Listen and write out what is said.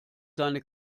seine